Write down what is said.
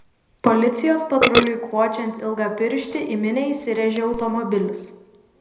policijos patruliui kvočiant ilgapirštį į minią įsirėžė automobilis